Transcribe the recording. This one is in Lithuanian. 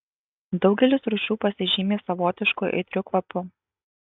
daugelis rūšių pasižymi savotišku aitriu kvapu